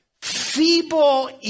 feeble